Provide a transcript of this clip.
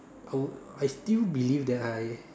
I would I still believe that I